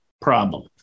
problem